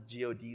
GOD